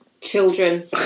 children